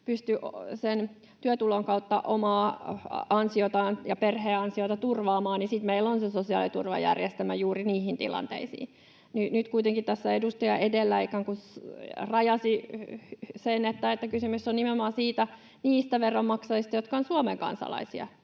pysty sen työtulon kautta omaa ansiotaan ja perheansioita turvaamaan, niin sitten meillä on se sosiaaliturvajärjestelmä juuri niihin tilanteisiin. Nyt kuitenkin tässä edustaja edellä ikään kuin rajasi sen, että kysymys on nimenomaan niistä veronmaksajista, jotka ovat Suomen kansalaisia,